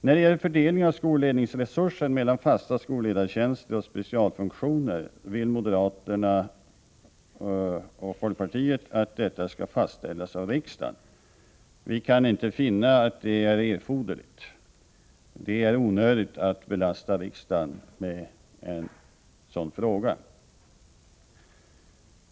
När det gäller fördelning av skolledningsresurser mellan fasta skolledartjänster och specialfunktioner vill moderaterna och folkpartiet att detta skall fastställas av riksdagen. Vi kan inte finna att det är erforderligt. Det är onödigt att belasta riksdagen med en sådan fråga.